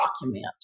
document